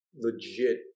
legit